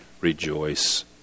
rejoice